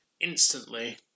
instantly